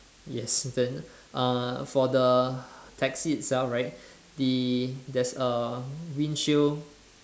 yes then uh for the taxi itself right the there's a windshield